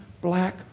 black